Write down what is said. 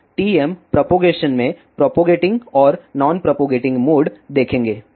अब TM propagation में propagating और नॉन प्रोपोगेटिंग मोड देखेंगे